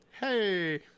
Hey